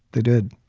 they did.